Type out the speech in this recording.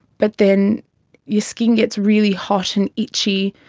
but then your skin gets really hot and itchy,